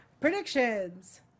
Predictions